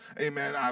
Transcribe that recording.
amen